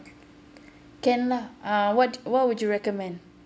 can lah uh what what would you recommend